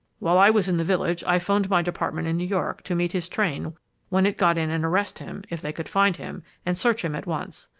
while i was in the village, i phoned my department in new york to meet his train when it got in and arrest him, if they could find him, and search him at once.